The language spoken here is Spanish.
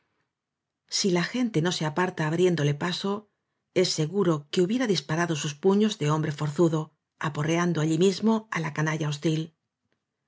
si la gente no se aparta abriéndole paso es seguro que hubiera disparado sus puños dehombre forzudo aporreando allí mismo á la canalla hostil